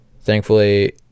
thankfully